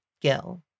skill